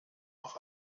auch